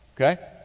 okay